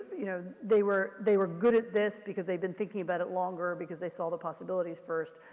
you know, they were they were good at this because they've been thinking about it longer because they saw the possibilities first.